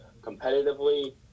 competitively